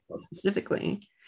Specifically